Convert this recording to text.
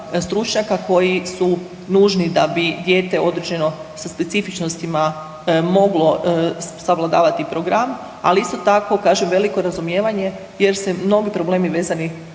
stručnjaka koji su nužni da bi dijete određeno sa specifičnostima moglo savladavati program, ali isto tako kažem veliko razumijevanje jer se mnogi problemi vezani